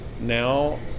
now